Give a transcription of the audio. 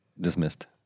dismissed